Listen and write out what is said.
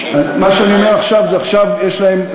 מה שאני אומר זה שעכשיו יש להם,